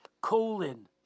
colon